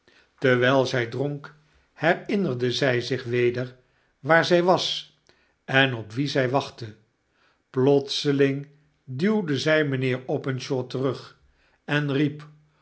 terwijl zij dronk herinnerde zij zich weder waar zij was en op wien zij wachtte plotseling duwde zij mijnheer openshaw terug en riep